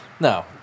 No